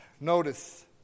Notice